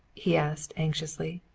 he asked anxiously.